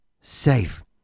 safe